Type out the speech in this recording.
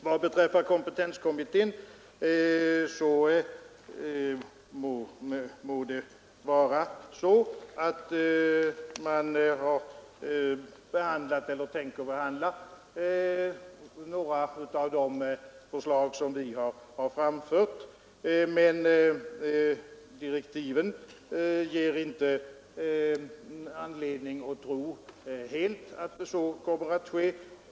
Vad beträffar kompetenskommittén må det vara så att man där har behandlat eller tänkt behandla några av de förslag som vi har framfört, men direktiven ger inte anledning tro att så kommer att ske.